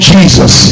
Jesus